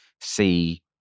see